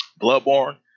Bloodborne